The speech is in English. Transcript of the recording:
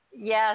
Yes